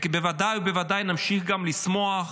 ובוודאי ובוודאי נמשיך גם לשמוח